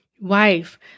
wife